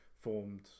formed